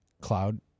cloud